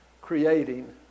creating